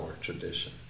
tradition